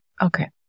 Okay